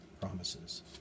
promises